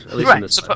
right